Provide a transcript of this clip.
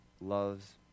loves